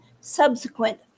subsequent